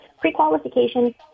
Pre-qualification